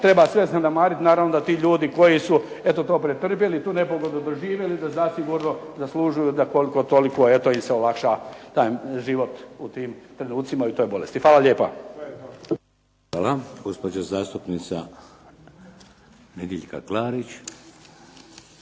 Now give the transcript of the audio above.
treba sve zanemariti. Naravno da ti ljudi koji su eto to pretrpjeli i tu nepogodnu doživjeli da zasigurno zaslužuju da koliko toliko im se olakša život u tim trenucima i u toj bolesti. Hvala lijepo. **Šeks, Vladimir (HDZ)** Hvala. Gospođa zastupnica Nedjeljka Klarić.